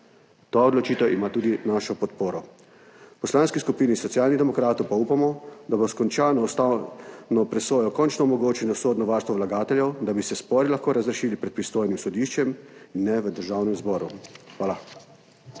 Ta odločitev ima tudi našo podporo. V Poslanski skupini Socialnih demokratov pa upamo, da bo s končano ustavno presojo končno omogočeno sodno varstvo vlagateljev, da bi se spori lahko razrešili pred pristojnim sodiščem in ne v Državnem zboru. Hvala.